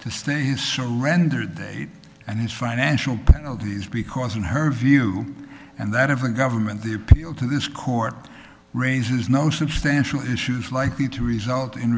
to stay his surrender date and his financial penalties because in her view and that of a government the appeal to this court raises no substantial issues likely to result in